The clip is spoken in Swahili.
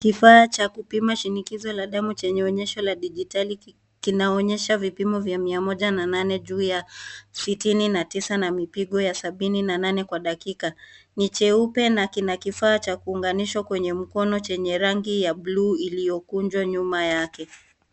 Kifaa cha kupima shinikizo la damu chenye onyesho la dijitali kinaonyesha vipimo vya 108 juu ya 69 na mipigo ya 78 kwa dakika. Ni cheupe na kina kifaa cha kuunganishwa kwenye mkono chenye rangi ya bluu iliyokunjwa nyuma yake.